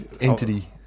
entity